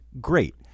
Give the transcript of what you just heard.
great